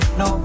no